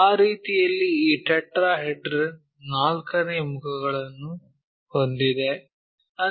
ಆ ರೀತಿಯಲ್ಲಿ ಈ ಟೆಟ್ರಾಹೆಡ್ರನ್ ನಾಲ್ಕನೇ ಮುಖಗಳನ್ನು ಹೊಂದಿದ್ದೇವೆ